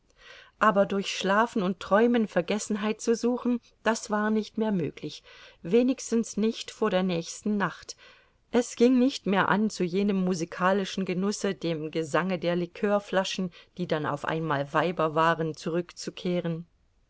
aber durch schlafen und träumen vergessenheit zu suchen das war nicht mehr möglich wenigstens nicht vor der nächsten nacht es ging nicht mehr an zu jenem musikalischen genusse dem gesange der likörflaschen die dann auf einmal weiber waren zurückzukehren